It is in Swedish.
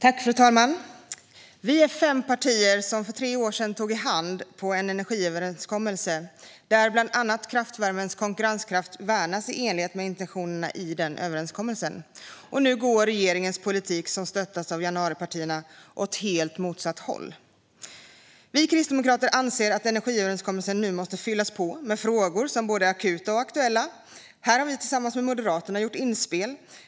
Fru talman! Vi är fem partier som för tre år sedan tog i hand på en energiöverenskommelse där bland annat kraftvärmens konkurrenskraft värnas. Det var intentionerna i den överenskommelsen. Nu går regeringens politik, som stöttas av januaripartierna, åt helt motsatt håll. Vi kristdemokrater anser att energiöverenskommelsen nu måste fyllas på med frågor som är både akuta och aktuella. Här har vi tillsammans med Moderaterna gjort inspel.